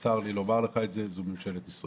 צר לי לומר לך את זה, זו ממשלת ישראל.